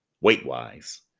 weight-wise